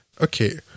Okay